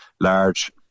large